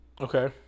Okay